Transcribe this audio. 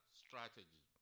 strategy